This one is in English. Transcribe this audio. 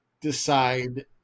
decide